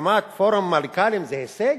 הקמת פורום מנכ"לים זה הישג,